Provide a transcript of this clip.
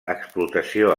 explotació